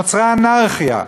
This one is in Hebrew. נוצרה אנרכיה.